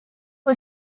who